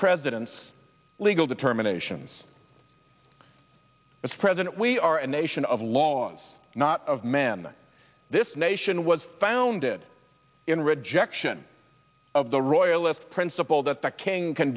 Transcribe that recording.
president's legal determinations as president we are a nation of laws not of men that this nation was founded in rejection of the royalist principle that